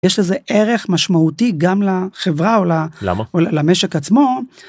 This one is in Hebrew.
יש לזה ערך משמעותי גם לחברה או ל.. למה? למשק עצמו.